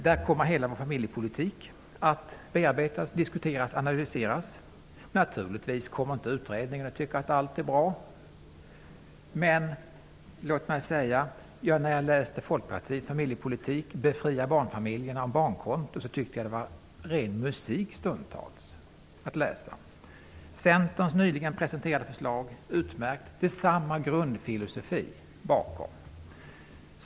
Där kommer hela vår familjepolitik att bearbetas, diskuteras och analyseras. Naturligtvis kommer utredningen inte att tycka att allt är bra. När jag tog del av Folkpartiets familjepolitik i fråga om detta med att befria barnfamiljerna och om barnkonton tyckte jag att det stundtals var ren musik. Centerns nyligen presenterade förslag är utmärkt. Det är samma grundfilosofi bakom det.